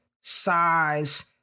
Size